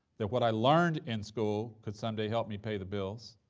that what i learned in school could someday help me pay the bills.